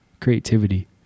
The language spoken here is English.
creativity